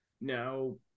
now